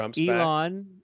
Elon